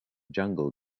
jungle